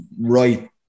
right